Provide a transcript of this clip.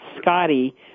Scotty